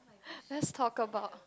let's talk about